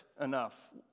enough